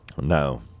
No